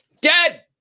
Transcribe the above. Dead